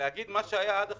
להגיד מה היה עד עכשיו,